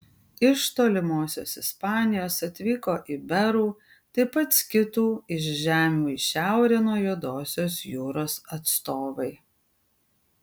iš tolimosios ispanijos atvyko iberų taip pat skitų iš žemių į šiaurę nuo juodosios jūros atstovai